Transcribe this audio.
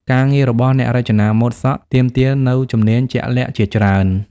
ការងាររបស់អ្នករចនាម៉ូដសក់ទាមទារនូវជំនាញជាក់លាក់ជាច្រើន។